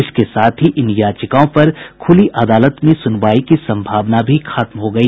इसके साथ ही इन याचिकाओं पर खुली अदालत में सुनवाई की संभावना भी खत्म हो गई